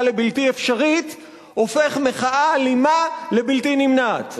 לבלתי אפשרית הופך מחאה אלימה לבלתי נמנעת.